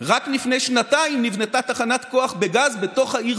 רק לפני שנתיים נבנתה תחנת כוח בגז בתוך העיר,